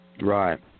Right